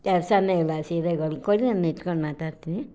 ಕೆಲ್ಸವೇ ಇಲ್ಲ ಸೀರೆಗಳ್ಗೆ ಕೊಡಿ ನಾನು ಇಟ್ಕೊಂಡು ಮಾತಾಡ್ತೀನಿ